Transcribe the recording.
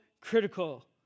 critical